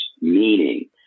meaning